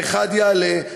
האחד יעלה,